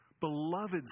Beloved